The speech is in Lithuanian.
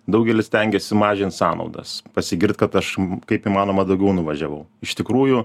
daugelis stengiasi mažint sąnaudas pasigirt kad aš kaip įmanoma daugiau nuvažiavau iš tikrųjų